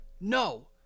no